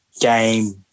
game